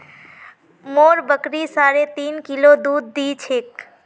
मोर बकरी साढ़े तीन किलो दूध दी छेक